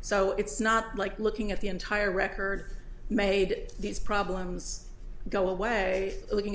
so it's not like looking at the entire record made these problems go away looking